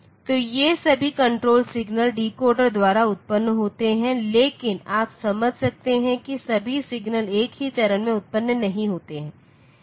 तो ये सभी कण्ट्रोल सिग्नल डीकोडर द्वारा उत्पन्न होते हैं लेकिन आप समझ सकते हैं कि सभी सिग्नल एक ही चरण में उत्पन्न नहीं होते हैं